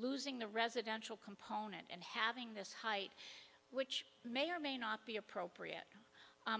losing the residential component and having this height which may or may not be appropriate